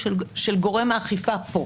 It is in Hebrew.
או של גורם האכיפה פה.